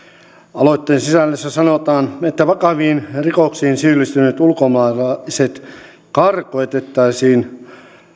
aloitteen sisällössä sanotaan että vakaviin rikoksiin syyllistyneet ulkomaalaiset karkotettaisiin